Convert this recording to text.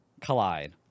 collide